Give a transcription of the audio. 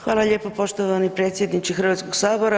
Hvala lijepo poštovani predsjedniče Hrvatskog sabora.